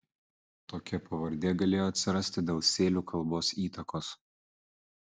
tokia pavardė galėjo atsirasti dėl sėlių kalbos įtakos